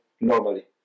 normally